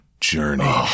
journey